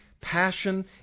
passion